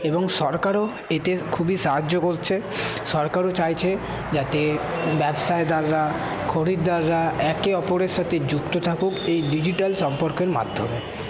এবং সরকারও এতে খুবই সাহায্য করছে সরকারও চাইছে যাতে ব্যবসায় তারা খরিদ্দাররা একে অপরের সাথে যুক্ত থাকুক এই ডিজিটাল সম্পর্কের মাধ্যমে